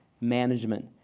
management